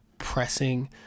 pressing